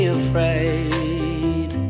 afraid